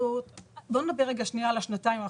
בוא נדבר רגע על השנתיים האחרונות.